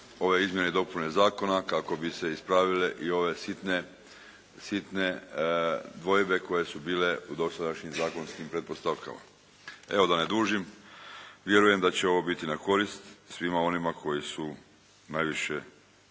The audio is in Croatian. ove izmjene i dopune zakona kako bi se ispravile i ove sitne dvojbe koje su bile u dosadašnjim zakonskim pretpostavkama. Evo da ne dužim, vjerujem da će ovo biti na korist svima onima koji su najviše